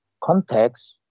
context